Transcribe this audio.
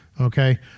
Okay